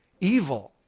evil